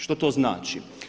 Što to znači?